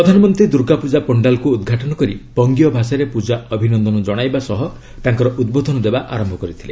ପ୍ରଧାନମନ୍ତ୍ରୀ ଦୁର୍ଗାପୂଜା ପଶ୍ଚାଲ୍କୁ ଉଦ୍ଘାଟନ କରି ବଙ୍ଗୀୟ ଭାଷାରେ ପୂଜା ଅଭିନନ୍ଦନ ଜଣାଇବା ସହ ତାଙ୍କର ଉଦ୍ବୋଧନ ଦେବା ଆରମ୍ଭ କରିଥିଲେ